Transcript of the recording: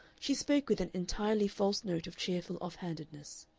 she spoke with an entirely false note of cheerful off-handedness.